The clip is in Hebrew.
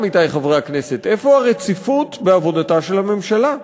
עמיתי חברי הכנסת: איפה הרציפות בעבודתה של הממשלה?